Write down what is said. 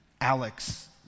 Alex